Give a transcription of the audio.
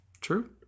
true